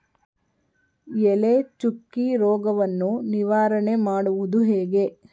ಎಲೆ ಚುಕ್ಕಿ ರೋಗವನ್ನು ನಿವಾರಣೆ ಮಾಡುವುದು ಹೇಗೆ?